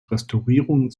restaurierungen